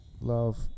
love